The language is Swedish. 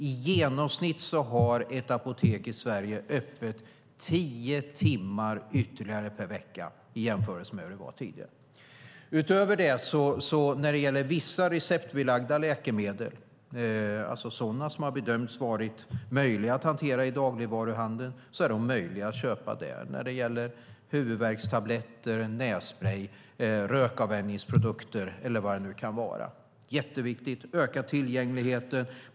I genomsnitt har ett apotek i Sverige öppet tio timmar ytterligare per vecka i jämförelse med hur det var tidigare. Utöver detta är vissa receptbelagda läkemedel, alltså sådana som har bedömts varit möjliga att hantera i dagligvaruhandeln, möjliga att köpa där. Det gäller huvudvärkstabletter, nässprej, rökavvänjningsprodukter eller vad det nu kan vara. Det är jätteviktigt, och det ökar tillgängligheten.